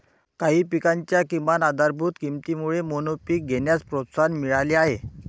काही पिकांच्या किमान आधारभूत किमतीमुळे मोनोपीक घेण्यास प्रोत्साहन मिळाले आहे